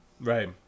Right